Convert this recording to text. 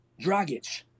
Dragic